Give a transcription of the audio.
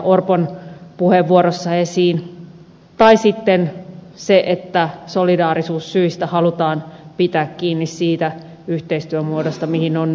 orpon puheenvuorossa esiin tai sitten se että solidaarisuussyistä halutaan pitää kiinni siitä yhteistyömuodosta mihin on nyt menty